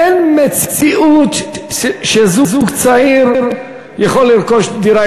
אין מציאות שזוג צעיר יכול לרכוש היום דירה,